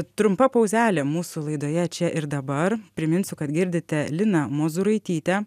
trumpa pauzelė mūsų laidoje čia ir dabar priminsiu kad girdite liną mozūraitytę